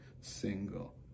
single